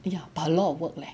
ya but a lot of work leh